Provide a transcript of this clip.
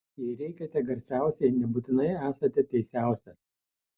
jei rėkiate garsiausiai nebūtinai esate teisiausias